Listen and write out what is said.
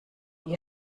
ihr